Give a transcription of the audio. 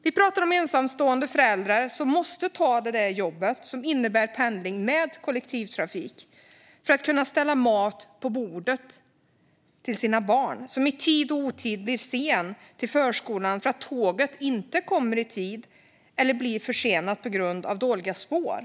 Vi pratar om ensamstående föräldrar som måste ta jobb som innebär pendling med kollektivtrafik för att de ska kunna ställa mat på bordet till sina barn och som i tid och otid blir sena till förskolan för att tåget inte kommer i tid eller för att tåget blir försenat på grund av dåliga spår.